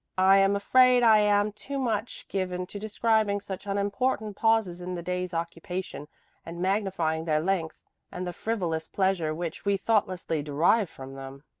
i am afraid i am too much given to describing such unimportant pauses in the day's occupation and magnifying their length and the frivolous pleasure which we thoughtlessly derive from them.